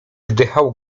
wdychał